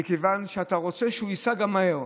זה מכיוון שאתה רוצה שייסעו בו גם מהר.